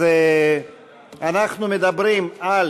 אנחנו מדברים על